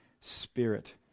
spirit